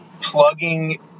plugging